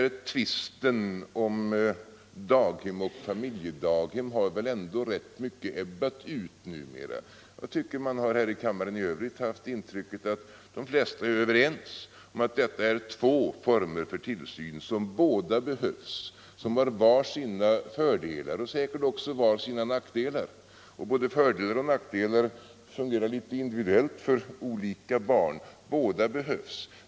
Tvisten om daghem och familjedaghem har väl ändå rätt mycket ebbat ut numera. Jag har fått intrycket här i kammaren att de flesta är överens om att båda formerna av tillsyn behövs. Var och en av dem har sina fördelar och säkert också nackdelar. Fördelar och nackdelar fungerar litet individuellt för olika barn.